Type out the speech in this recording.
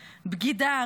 בגידה,